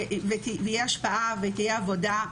ויהיה השפעה, ותהיה עבודה,